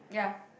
yeah we did